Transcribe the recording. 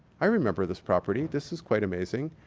i remember this property. this is quite amazing.